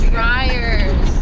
dryers